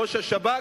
ראש השב"כ,